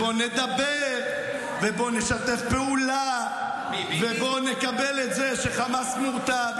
בואו נדבר ובואו נשתף פעולה ובואו נקבל את זה שחמאס מורתע,